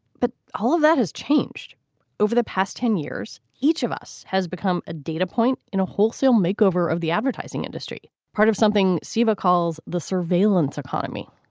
but all of that has changed over the past ten years. each of us has become a data point in a wholesale makeover of the advertising industry, part of something siva calls the surveillance economy